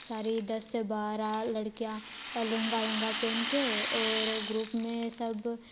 सारी दस से बारह लडकियाँ लहंगा वहंगा पहन कर और ग्रुप में सब